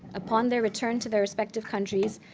upon their return to their respective countries,